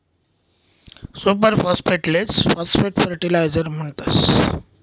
super फास्फेटलेच phosphate fertilizer म्हणतस